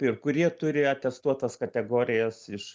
ir kurie turi atestuotas kategorijas iš